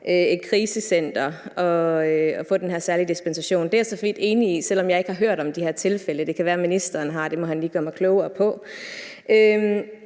et krisecenter at få den her særlige dispensation. Det er jeg enig i, selv om jeg ikke har hørt om de her tilfælde. Det kan være, ministeren har. Det må han lige gøre mig klogere på.